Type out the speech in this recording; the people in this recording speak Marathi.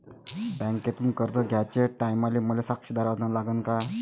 बँकेतून कर्ज घ्याचे टायमाले मले साक्षीदार अन लागन का?